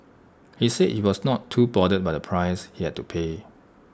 he said he was not too bothered by the price he had to pay